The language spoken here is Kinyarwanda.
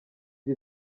iki